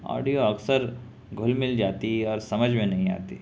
audio اکثر گھل مل جاتی اور سمجھ میں نہیں آتی